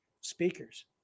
speakers